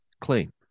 clean